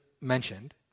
mentioned